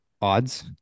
odds